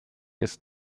ist